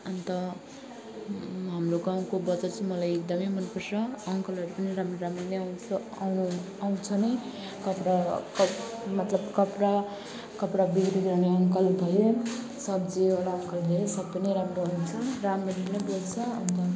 अन्त हाम्रो गाउँको बजार चाहिँ मलाई एकदमै मनपर्छ अङ्कलहरू पनि राम्रो राम्रो नै आउँछ आउनु आउँछ नै कपडा कप मतलब कपडा कपडा बिक्री गर्ने अङ्कल भयो सब्जीवाला अङ्कल नि सबै नै राम्रो हुनुहुन्छ राम्ररी नै बोल्छ अन्त